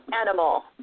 Animal